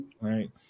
Right